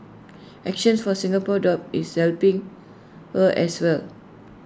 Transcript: actions for Singapore dogs is helping her as well